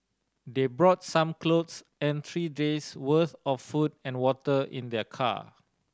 they brought some clothes and three days' worth of food and water in their car